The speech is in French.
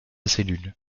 cellule